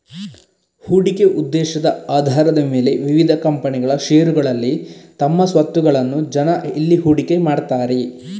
ಹೂಡಿಕೆ ಉದ್ದೇಶದ ಆಧಾರದ ಮೇಲೆ ವಿವಿಧ ಕಂಪನಿಗಳ ಷೇರುಗಳಲ್ಲಿ ತಮ್ಮ ಸ್ವತ್ತುಗಳನ್ನ ಜನ ಇಲ್ಲಿ ಹೂಡಿಕೆ ಮಾಡ್ತಾರೆ